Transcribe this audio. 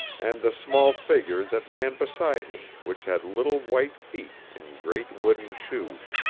and the small figure that ran beside him which had little white feet in great wooden shoes,